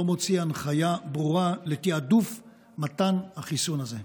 מוציא הנחיה ברורה לתיעדוף מתן החיסון הזה?